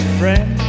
friend